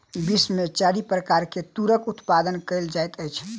विश्व में चारि प्रकार के तूरक उत्पादन कयल जाइत अछि